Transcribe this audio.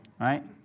Right